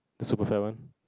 the super fat one